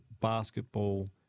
basketball